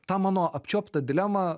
tą mano apčiuoptą dilemą